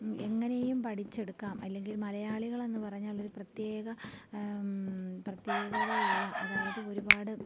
എങ്ങനെയും പഠിച്ചെടുക്കാം അല്ലെങ്കിൽ മലയാളികളെന്ന് പറഞ്ഞാലൊരു പ്രത്യേക പ്രതേകതയുള്ള അതായത് ഒരുപാട്